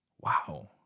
wow